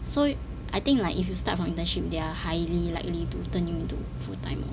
so yo~ I think like if you start from internship they are highly likely to turn you into full time